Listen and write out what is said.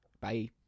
bye